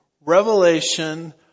revelation